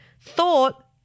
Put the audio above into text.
thought